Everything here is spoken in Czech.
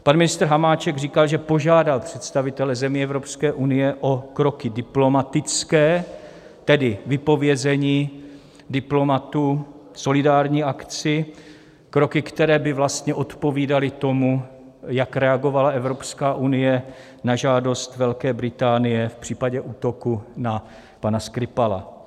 Pan ministr Hamáček říkal, že požádal představitele zemí Evropské unie o kroky diplomatické, tedy vypovězení diplomatů, solidární akci, kroky, které by vlastně odpovídaly tomu, jak reagovala Evropská unie na žádost Velké Británie v případě útoku na pana Skripala.